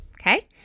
Okay